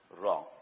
wrong